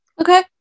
Okay